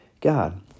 God